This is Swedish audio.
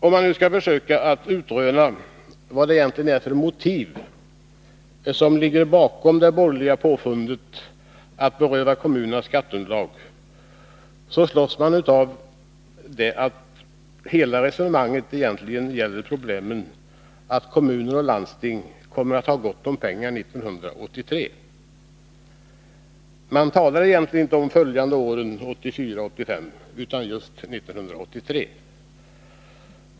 Om man nu skall försöka utröna vad det egentligen är för motiv som ligger bakom det borgerliga påfundet att beröva kommunerna skatteunderlag, så slås man av att hela resonemanget gäller problemet att kommuner och landsting kommer att ha gott om pengar 1983. Men det talas inte om de följande åren 1984 och 1985, utan just om 1983.